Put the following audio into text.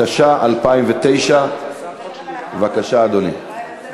התש"ע 2009. בבקשה, אדוני.